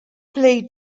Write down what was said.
played